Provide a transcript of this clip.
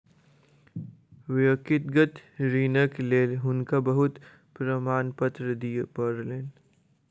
व्यक्तिगत ऋणक लेल हुनका बहुत प्रमाणपत्र दिअ पड़लैन